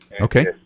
Okay